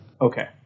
Okay